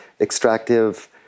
extractive